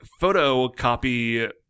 photocopy